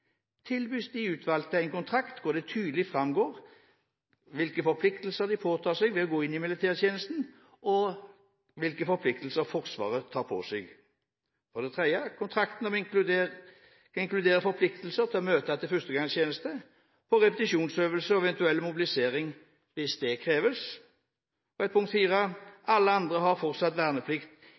tilbys de utvalgte en kontrakt hvor det tydelig framgår hvilke forpliktelser de påtar seg ved å gå inn i militærtjeneste, og hvilke forpliktelser Forsvaret tar på seg. Kontrakten inkluderer forpliktelser til å møte til førstegangstjeneste, på repetisjonsøvelser og ved eventuell mobilisering hvis det kreves. Alle andre har fortsatt verneplikt